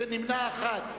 ונמנע אחד,